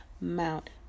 mount